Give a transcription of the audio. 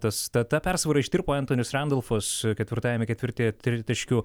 tas ta ta persvara ištirpo entonis rendolfas ketvirtajame ketvirtyje tritaškiu